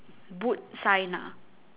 boot sign ah